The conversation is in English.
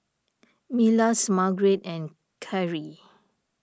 Milas Margarett and Khiry